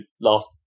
last